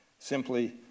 Simply